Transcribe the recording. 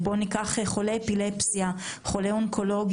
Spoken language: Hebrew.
אם נדבר על חולי אפילפסיה או על חולי אונקולוגיה,